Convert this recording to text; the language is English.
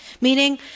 Meaning